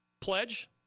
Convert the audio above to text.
pledge